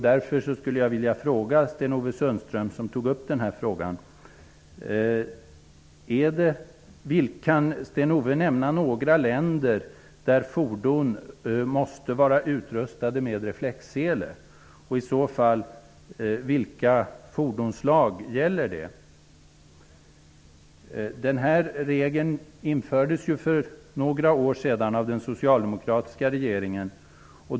Därför vill jag fråga Sten-Ove Sundström, som tog upp frågan, om han kan nämna några länder där fordon måste vara utrustade med reflexsele. Vilka fordonsslag gäller det i så fall? Denna regel infördes för några år sedan av den socialdemokratiska regeringen.